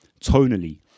tonally